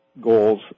goals